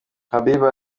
habiba